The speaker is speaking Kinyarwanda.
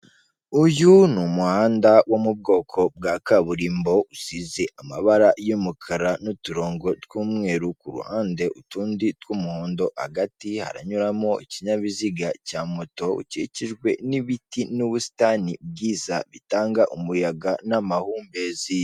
Uyu ni umuhanda wo mu bwoko bwa kaburimbo usize amabara y'umukara n'uturongo tw'umweru ku ruhande, utundi tw'umuhondo hagati, haranyuramo ikinyabiziga cya moto, ukikijwe n'ibiti n'ubusitani bwiza bitanga umuyaga n'amahumbezi.